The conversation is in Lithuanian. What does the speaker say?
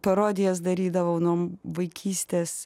parodijas darydavau nuo vaikystės